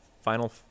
final –